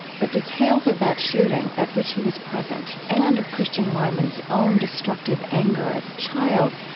but details of that shooting, at which he was present, and of christian wiman's own destructive anger as a child,